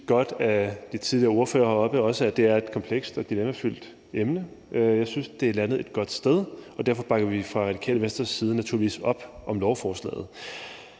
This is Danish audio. belyst godt af de tidligere ordførere, at det er et komplekst og dilemmafyldt emne. Jeg synes, det er landet et godt sted. Derfor bakker vi fra Radikale Venstres side naturligvis op om lovforslaget.